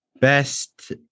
Best